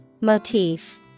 Motif